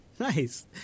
Nice